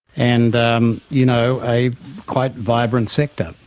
and um you know a quite vibrant sector.